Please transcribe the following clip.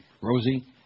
Rosie